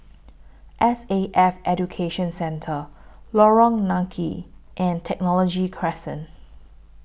S A F Education Centre Lorong Nangka and Technology Crescent